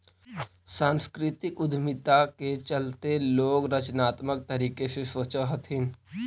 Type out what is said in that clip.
सांस्कृतिक उद्यमिता के चलते लोग रचनात्मक तरीके से सोचअ हथीन